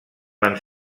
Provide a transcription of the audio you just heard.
van